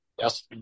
Yes